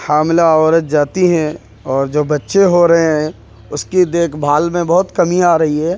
حاملہ عورت جاتی ہیں اور جو بچّے ہو رہے ہیں اس کی دیکھ بھال میں بہت کمیاں آ رہی ہے